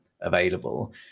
available